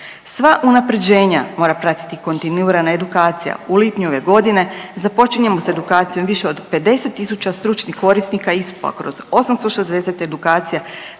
Sva unapređenja mora pratiti kontinuirana edukacija. U lipnju ove godine započinjemo sa edukacijom više od 50000 stručnih korisnika ISPO-a kroz 860 edukacija